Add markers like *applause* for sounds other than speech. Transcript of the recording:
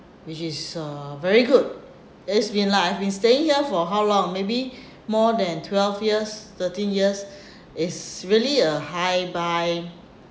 which is uh very good it's been like I've been staying here for how long maybe *breath* more than twelve years thirteen years *breath* it's really a hi bye